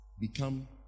Become